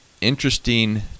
interesting